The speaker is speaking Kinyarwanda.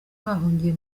bahungiye